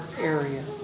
area